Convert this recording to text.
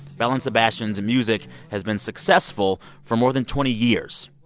belle and sebastian's music has been successful for more than twenty years.